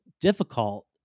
difficult